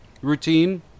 routine